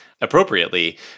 appropriately